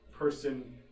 person